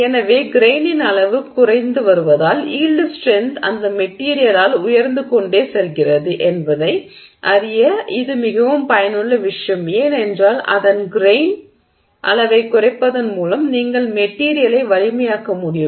எனவே கிரெய்னின் அளவு குறைந்து வருவதால் யீல்டு ஸ்ட்ரென்த் அந்த மெட்டிரியலால் உயர்ந்து கொண்டே செல்கிறது என்பதை அறிய இது மிகவும் பயனுள்ள விஷயம் ஏனென்றால் அதன் கிரெய்ன் அளவைக் குறைப்பதன் மூலம் நீங்கள் மெட்டிரியலை வலிமையாக்க முடியும்